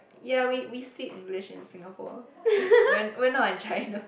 ya we we speak English in Singapore we're we're not in China